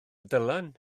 dylan